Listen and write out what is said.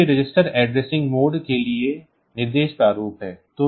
तो यह register addressing mode के लिए निर्देश प्रारूप है